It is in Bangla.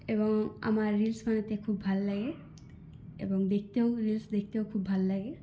এবং আমার রিলস বানাতে খুব ভাল লাগে এবং দেখতেও রিলস দেখতেও খুব ভাল লাগে